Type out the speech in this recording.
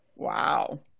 Wow